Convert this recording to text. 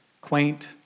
quaint